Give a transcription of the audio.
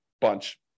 bunch